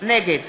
נגד